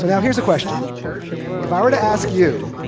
but here's a question if i were to ask you,